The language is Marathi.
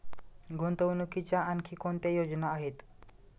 गुंतवणुकीच्या आणखी कोणत्या योजना आहेत?